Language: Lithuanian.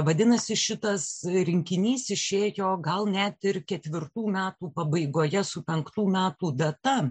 vadinasi šitas rinkinys išėjo gal net ir ketvirtų metų pabaigoje su penktų metų data